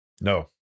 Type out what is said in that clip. no